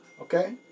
okay